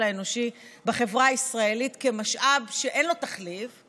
האנושי בחברה הישראלית כמשאב שאין לו תחליף,